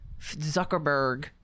Zuckerberg